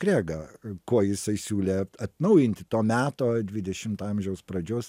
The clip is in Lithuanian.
kregą kuo jisai siūlė atnaujinti to meto dvidešimto amžiaus pradžios